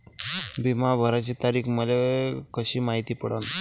बिमा भराची तारीख मले कशी मायती पडन?